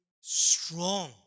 strong